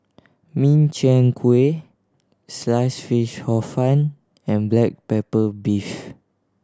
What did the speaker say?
Min Chiang Kueh Sliced Fish Hor Fun and black pepper beef